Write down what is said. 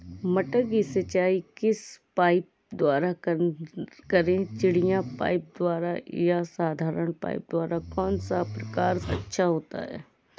मटर की सिंचाई किस पाइप द्वारा करें चिड़िया पाइप द्वारा या साधारण पाइप द्वारा कौन सा प्रकार अच्छा होता है?